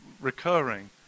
recurring